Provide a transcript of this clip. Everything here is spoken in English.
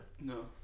no